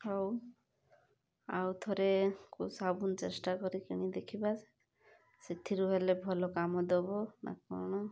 ହଉ ଆଉ ଥରେ କେଉଁ ସାବୁନ୍ ଚେଷ୍ଟା କରିକି କିଣି ଦେଖିବା ସେଥିରୁ ହେଲେ ଭଲ କାମ ଦେବ ନା କ'ଣ